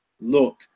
look